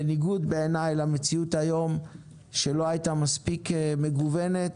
בניגוד למציאות היום שלא הייתה מספיק מגוונת.